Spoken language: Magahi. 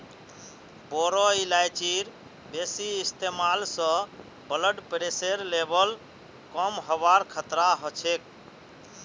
बोरो इलायचीर बेसी इस्तमाल स ब्लड प्रेशरेर लेवल कम हबार खतरा ह छेक